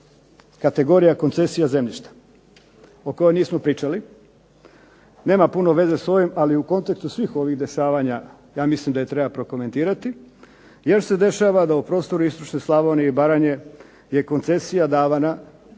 kategorija koncesija zemljišta o kojoj nismo pričali. Nema puno veze s ovim, ali u kontekstu svih ovih dešavanja ja mislim da je treba prokomentirati jer se dešava da u prostoru istočne Slavonije i Baranje je koncesija davana